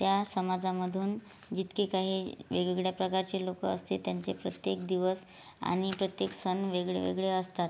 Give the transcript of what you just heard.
त्या समाजामधून जितके काही वेगवेगळ्या प्रकारचे लोक असते त्यांचे प्रत्येक दिवस आणि प्रत्येक सण वेगळे वेगळे असतात